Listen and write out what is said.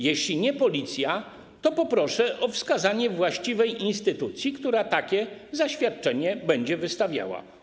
Jeśli nie Policja, to poproszę o wskazanie właściwej instytucji, która takie zaświadczenie będzie wystawiała.